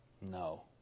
No